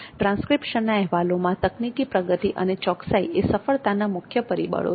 ટ્રાંસ્ક્રિપ્શનના અહેવાલોમાં તકનિકી પ્રગતિ અને ચોકસાઈ એ સફળતાના મુખ્ય પરિબળો છે